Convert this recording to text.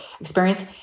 experience